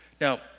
Now